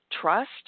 trust